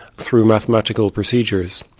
through mathematical procedures.